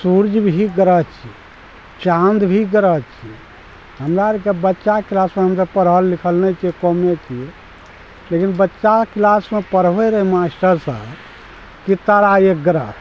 सूर्ज भी ग्रह छियै चाँद भी ग्रह छियै हमरा आरके बच्चा क्लासमे हमसब पढ़ल लिखल नहि छियै कमे छियै लेकिन बच्चा क्लासमे पढ़बै रहै मास्टर साहब कि तारा एक ग्रह है